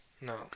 No